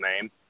name